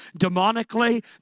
demonically